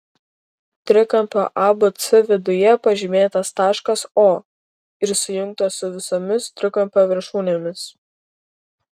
trikampio abc viduje pažymėtas taškas o ir sujungtas su visomis trikampio viršūnėmis